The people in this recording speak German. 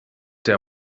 der